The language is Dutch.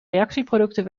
reactieproducten